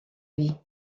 vie